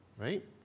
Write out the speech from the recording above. right